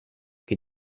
che